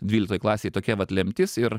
dvyliktoj klasėj tokia vat lemtis ir